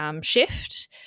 Shift